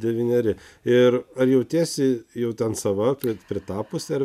devyneri ir ar jautiesi jau ten sava kad pritapusi ar